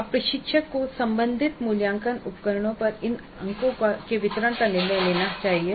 अब प्रशिक्षक को संबंधित मूल्यांकन उपकरणों पर इन अंकों के वितरण पर निर्णय लेना चाहिए